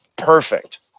Perfect